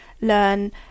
learn